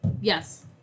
Yes